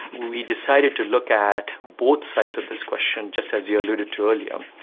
we decided to look at both sides of this question, just as you alluded to earlier.